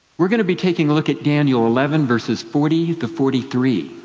we're going to be taking a look at daniel eleven forty forty three.